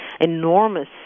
enormous